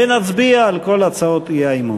ונצביע על כל הצעות האי-אמון.